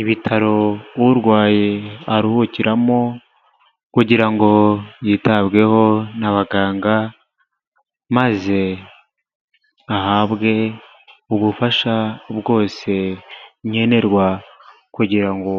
Ibitaro urwaye aruhukiramo kugira ngo yitabweho n'abaganga maze ahabwe ubufasha bwose nkenerwa kugira ngo